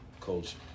Coach